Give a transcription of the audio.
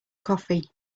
coffee